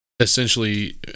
essentially